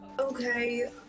Okay